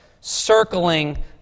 circling